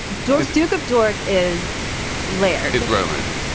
doris duke of dork is lair is roman.